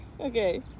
okay